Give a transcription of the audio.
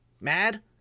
mad